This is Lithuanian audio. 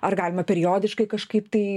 ar galima periodiškai kažkaip tai